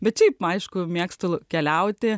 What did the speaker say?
bet šiaip aišku mėgstu keliauti